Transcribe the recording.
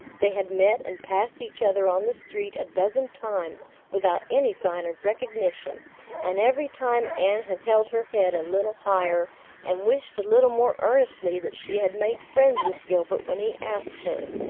they had met and passed each other on the street a dozen times without any sign of recognition and every time anne had held her head a little higher and wished a little more earnestly that she had made friends with gilbert when he asked her,